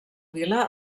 vila